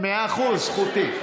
מאה אחוז, זכותי.